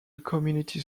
community